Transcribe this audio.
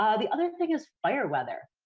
ah the other thing is fire weather.